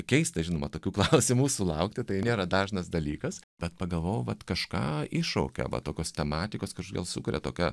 keista žinoma tokių klausimų sulaukti tai nėra dažnas dalykas bet pagalvojau vat kažką iššaukia va tokios tematikos kažkodėl sukuria tokią